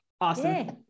Awesome